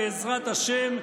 בעזרת השם,